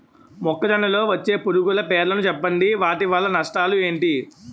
మొక్కజొన్న లో వచ్చే పురుగుల పేర్లను చెప్పండి? వాటి వల్ల నష్టాలు ఎంటి?